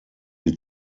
sie